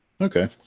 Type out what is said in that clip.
Okay